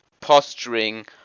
posturing